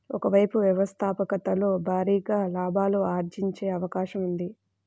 ఒక వైపు వ్యవస్థాపకతలో భారీగా లాభాలు ఆర్జించే అవకాశం ఉంది